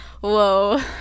whoa